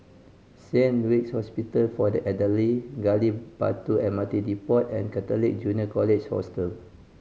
Saint Luke's Hospital for the Elderly Gali Batu M R T Depot and Catholic Junior College Hostel